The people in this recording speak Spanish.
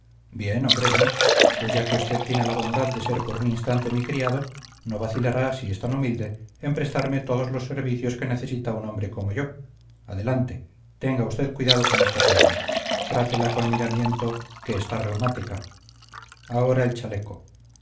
bien hombre bien pues ya que usted tiene la bondad de ser por un instante mi criado no vacilará si es tan humilde en prestarme todos los servicios que necesita un hombre como yo adelante tenga usted cuidado con esta pierna trátela con miramiento que está reumática ahora el chaleco